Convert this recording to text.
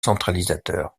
centralisateur